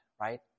right